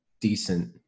decent